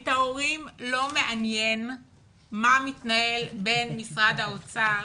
את ההורים לא מעניין מה מתנהל בין משרד האוצר